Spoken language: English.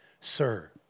Sir